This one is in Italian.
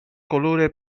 colore